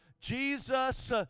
jesus